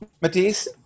Matisse